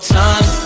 time